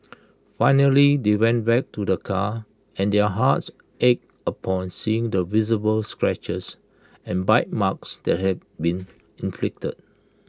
finally they went back to the car and their hearts ached upon seeing the visible scratches and bite marks that had been inflicted